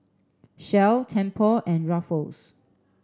Shell Tempur and Ruffles